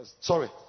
Sorry